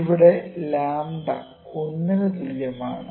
ഇവിടെ ലാംഡ 𝝀 1 ന് തുല്യമാണ്